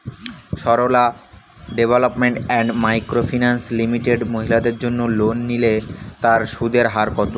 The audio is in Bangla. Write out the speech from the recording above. Sarala development and micro finance limited মহিলাদের জন্য লোন নিলে তার সুদের হার কত?